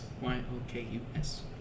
Y-O-K-U-S